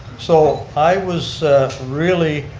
so i was really